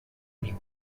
niu